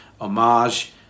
Homage